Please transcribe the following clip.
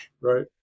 Right